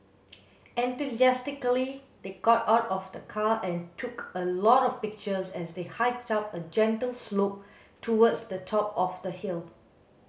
enthusiastically they got out of the car and took a lot of pictures as they hiked up a gentle slope towards the top of the hill